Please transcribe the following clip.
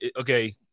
okay